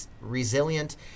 resilient